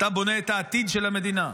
אתה בונה את העתיד של המדינה,